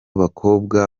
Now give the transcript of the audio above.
bakobwa